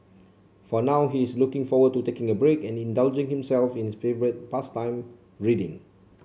for now he is looking forward to taking a break and indulging himself in his favourite pastime reading